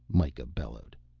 mikah bellowed.